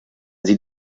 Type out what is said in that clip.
sie